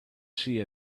see